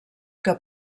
que